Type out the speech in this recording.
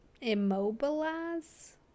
immobilize